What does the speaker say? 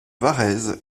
varèse